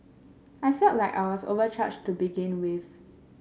I felt like I was overcharged to begin with